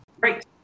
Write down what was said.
Great